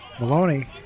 Maloney